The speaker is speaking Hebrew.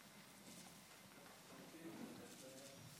משפחתך שנמצאים למעלה, ונושאים את עיניהם